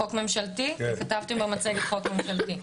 כתבתם במצגת חוק ממשלתי.